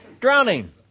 drowning